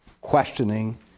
questioning